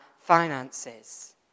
finances